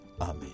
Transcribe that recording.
Amen